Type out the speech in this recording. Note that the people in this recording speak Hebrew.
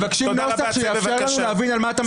אנחנו מבקשים נוסח שיאפשר לנו להבין על מה אתה מדבר.